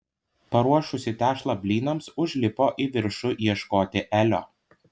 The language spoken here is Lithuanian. paruošusi tešlą blynams užlipo į viršų ieškoti elio